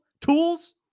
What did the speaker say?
tools